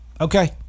Okay